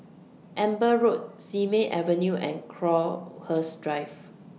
Amber Road Simei Avenue and Crowhurst Drive